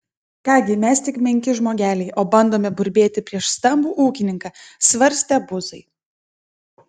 ką gi mes tik menki žmogeliai o bandome burbėti prieš stambų ūkininką svarstė buzai